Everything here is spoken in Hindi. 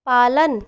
पालन